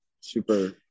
super